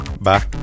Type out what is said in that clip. Bye